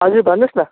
हजुर भन्नुहोस् न